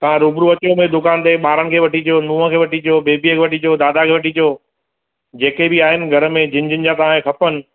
तव्हां रूबरू अची वञों भाई दुकान ते ॿारनि खे वठी अचो नूंहं खे वठी अचो बेबीअ खे वठी अचो दादा खे वठी अचो जेके बि आहिनि घर में जिन जिन जा तव्हां खे खपनि